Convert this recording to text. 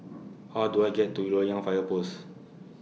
How Do I get to Loyang Fire Post